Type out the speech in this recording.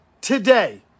today